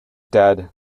dead